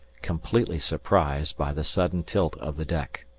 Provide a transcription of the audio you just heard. completely surprised by the sudden tilt of the deck.